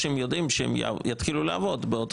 תעשה בדיקה,